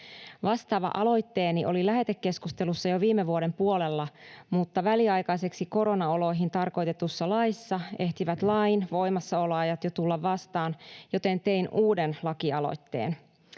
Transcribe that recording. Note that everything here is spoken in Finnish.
Vastaava aloitteeni oli lähetekeskustelussa jo viime vuoden puolella, mutta väliaikaiseksi koronaoloihin tarkoitetussa laissa ehtivät lain voimassaoloajat jo tulla vastaan, joten tein uuden lakialoitteen.